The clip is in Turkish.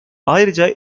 ayrıca